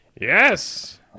Yes